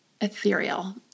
ethereal